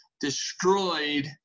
destroyed